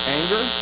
anger